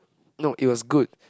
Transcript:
no it was good